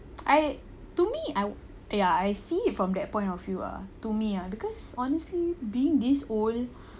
I to me I ya I see it from that point of you ah to me ah because honestly being this old